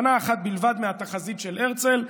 שנה אחת בלבד יותר מהתחזית של הרצל,